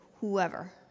whoever